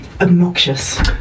obnoxious